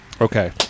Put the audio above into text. Okay